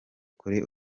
kuri